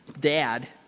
dad